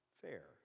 fair